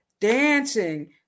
dancing